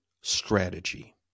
strategy